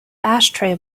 ashtray